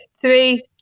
Three